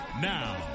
Now